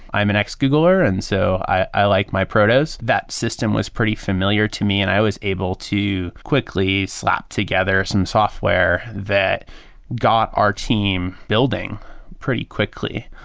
i am an ex-googler, and so i i like my. that system was pretty familiar to me and i was able to quickly slap together some software that got our team building pretty quickly.